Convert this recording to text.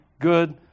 good